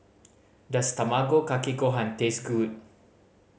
does Tamago Kake Gohan taste good